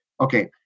Okay